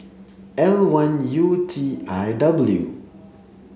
L one U T I W